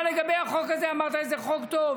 אבל לגבי החוק הזה, אמרת שזה חוק טוב,